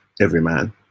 Everyman